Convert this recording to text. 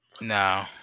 No